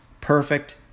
perfect